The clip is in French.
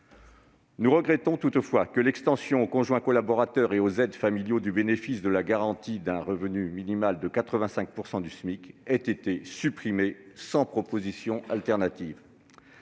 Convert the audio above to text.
Nous regrettons toutefois que l'extension aux conjoints collaborateurs et aux aides familiaux du bénéfice de la garantie d'un revenu minimal de 85 % du SMIC ait été supprimée sans proposition de